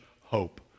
hope